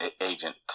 agent